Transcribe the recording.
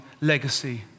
legacy